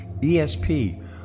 ESP